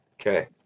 Okay